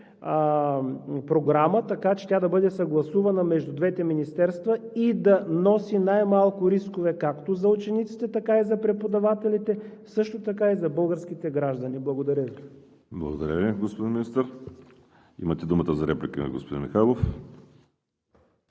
програма, така че тя да бъде съгласувана между двете министерства и да носи най-малко рискове както за учениците, така и за преподавателите, а също така и за българските граждани. Благодаря Ви. ПРЕДСЕДАТЕЛ ВАЛЕРИ СИМЕОНОВ: Благодаря Ви, господин Министър. Имате думата за реплика, господин Михайлов.